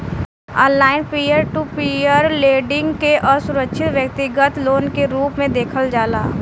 online peer to peer lending के असुरक्षित व्यतिगत लोन के रूप में देखल जाला